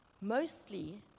mostly